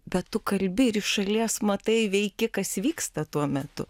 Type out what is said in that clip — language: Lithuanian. bet tu kalbi ir iš šalies matai veiki kas vyksta tuo metu